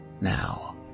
Now